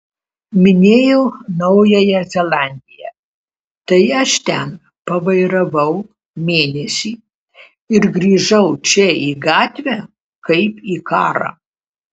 minėjau naująją zelandiją tai aš ten pavairavau mėnesį ir grįžau čia į gatvę kaip į karą